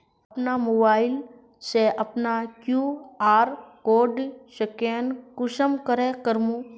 अपना मोबाईल से अपना कियु.आर कोड स्कैन कुंसम करे करूम?